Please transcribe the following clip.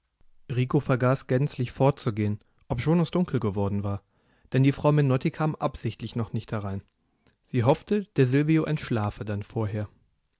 vergaß gänzlich fortzugehen obschon es dunkel geworden war denn die frau menotti kam absichtlich noch nicht herein sie hoffte der silvio entschlafe dann vorher